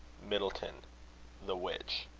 middleton the witch.